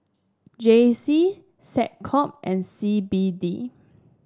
J C SecCom and C B D